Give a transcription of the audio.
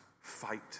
fight